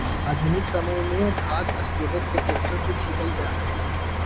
आधुनिक समय में खाद स्प्रेडर के ट्रैक्टर से छिटल जा हई